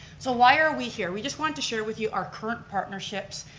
so why are we here? we just want to share with you our current partnerships.